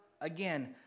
again